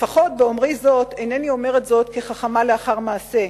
לפחות באומרי זאת אינני אומרת זאת כחכמה לאחר מעשה,